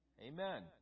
Amen